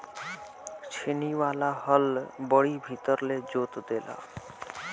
छेनी वाला हल बड़ी भीतर ले जोत देला